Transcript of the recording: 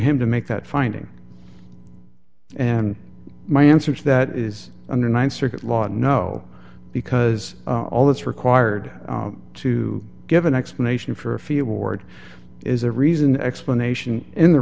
him to make that finding and my answer to that is under th circuit lot no because all that's required to give an explanation for a few board is a reason explanation in the